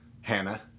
Hannah